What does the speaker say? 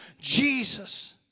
Jesus